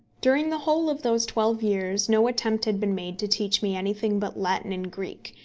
during the whole of those twelve years no attempt had been made to teach me anything but latin and greek,